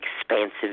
expansive